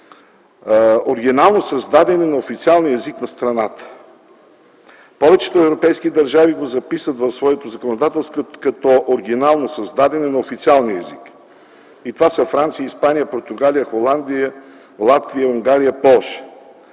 оригинално създадени на официалния език на страната. Повечето европейски държави го записват в своите законодателства като „оригинално създадени на официалния език”. Това са Франция, Испания, Португалия, Холандия, Латвия, Унгария и Полша.